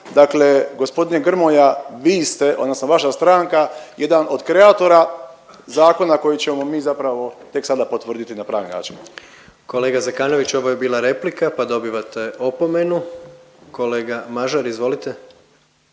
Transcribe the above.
Dakle, g. Grmoja vi ste odnosno vaša stranka jedan od kreatora zakona koji ćemo mi zapravo tek sada potvrditi na pravi način. **Jandroković, Gordan (HDZ)** Kolega Zekanović ovo je bila replika pa dobivate opomenu. Kolega Mažar izvolite.